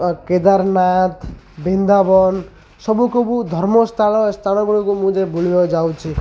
କେଦାରନାଥ ବୃନ୍ଦାବନ ସବୁ ସବୁ ଧର୍ମ ସ୍ଥାନଗୁଡ଼ିକୁ ମୁଁ ଯେ ବୁଲିବାକୁ ଯାଉଛି